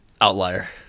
outlier